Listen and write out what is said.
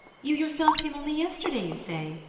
you yourself came only yesterday, you say?